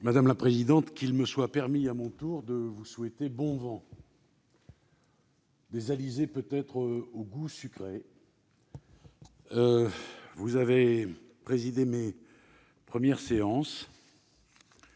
Madame la présidente, qu'il me soit permis à mon tour de vous souhaiter bon vent, des alizés peut-être au goût sucré ... Vous avez présidé mes premières séances